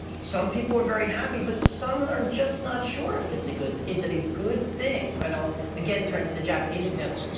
some people are very happy, but some are just not sure if it's a good is it a good thing? you know again, turn to the japanese example.